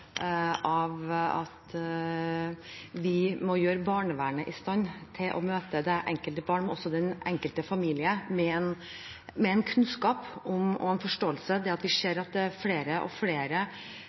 av at vi må gjøre barnevernet i stand til å møte det enkelte barn, men også den enkelte familie, med kunnskap og forståelse. Vi ser at flere og